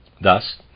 Thus